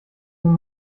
nun